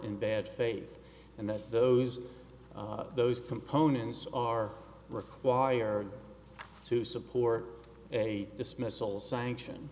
in bad faith and that those those components are required to support a dismissal sanction